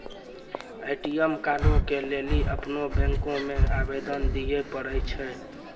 ATM कार्डो के लेली अपनो बैंको मे आवेदन दिये पड़ै छै